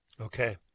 Okay